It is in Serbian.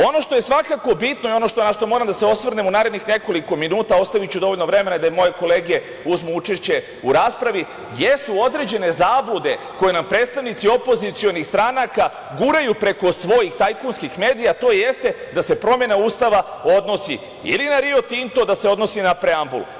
Ono što je svakako bitno i ono na šta moram da se osvrnem u narednih nekoliko minuta, a ostaviću dovoljno vremena da i moje kolege uzmu učešće u raspravi, jesu određene zablude koje nam predstavnici opozicionih stranaka guraju preko svojih tajkunskih medija, to jeste da se promena Ustava odnosi ili na Rio Tinto, da se odnosi na preambulu.